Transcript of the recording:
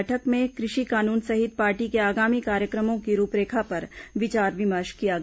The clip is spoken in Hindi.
बैठक में कृषि कानून सहित पार्टी के आगामी कार्यक्रमों की रूपरेखा पर विचार विमर्श किया गया